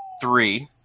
three